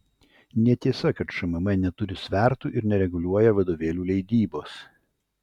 netiesa kad šmm neturi svertų ir nereguliuoja vadovėlių leidybos